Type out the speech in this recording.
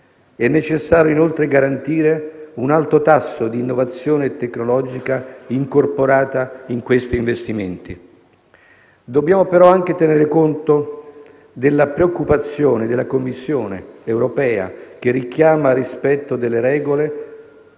È necessario inoltre garantire un alto tasso di innovazione tecnologica incorporata in questi investimenti. Dobbiamo però anche tenere conto della preoccupazione della Commissione europea che richiama al rispetto delle regole,